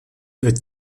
wird